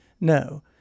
No